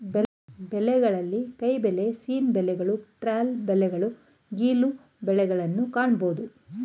ಬಲೆಗಳಲ್ಲಿ ಕೈಬಲೆ, ಸೀನ್ ಬಲೆಗಳು, ಟ್ರಾಲ್ ಬಲೆಗಳು, ಗಿಲ್ಲು ಬಲೆಗಳನ್ನು ಕಾಣಬೋದು